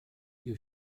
you